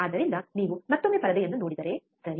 ಆದ್ದರಿಂದ ನೀವು ಮತ್ತೊಮ್ಮೆ ಪರದೆಯನ್ನು ನೋಡಿದರೆ ಸರಿ